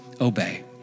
obey